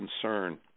concern